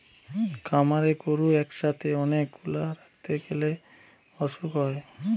খামারে গরু একসাথে অনেক গুলা রাখতে গ্যালে অসুখ হয়